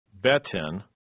Betin